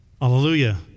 Hallelujah